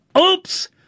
Oops